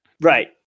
Right